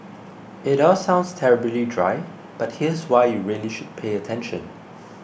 it all sounds terribly dry but here's why you really should pay attention